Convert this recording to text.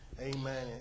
Amen